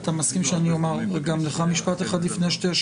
אתה מסכים שאני אומר גם לך משפט אחד לפני שתי השאלות?